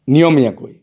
নিয়মীয়াকৈ